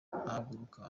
ahaguruka